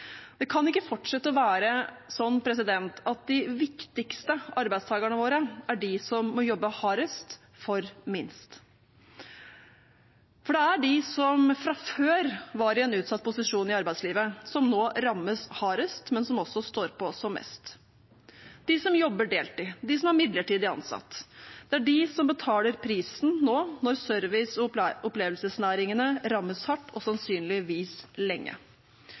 Det kan ikke fortsette å være sånn at de viktigste arbeidstakerne våre er de som må jobbe hardest for minst. Det er de som fra før var i en utsatt posisjon i arbeidslivet, som nå rammes hardest, men som også står på mest. De som jobber deltid, de som er midlertidig ansatt, det er de som betaler prisen nå når service- og opplevelsesnæringene rammes hardt og sannsynligvis lenge.